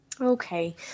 Okay